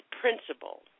principle